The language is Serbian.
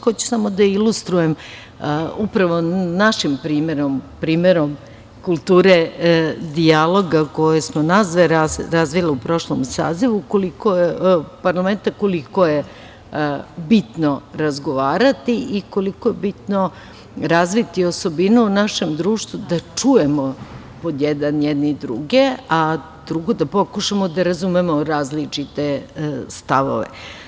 Hoću samo da ilustrujem upravo našim primerom, primerom kulture dijaloga koji smo nas dve razvile u prošlom sazivu parlamenta, koliko je bitno razgovarati i koliko je bitno razviti osobinu u našem društvu da čujemo jedni druge, a drugo da pokušamo da razumemo različite stavove.